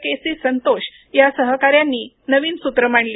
केसी संतोष या सहकाऱ्यांनी नवीन सूत्र मांडले